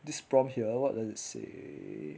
this from here what does it say